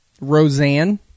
Roseanne